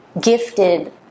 gifted